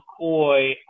McCoy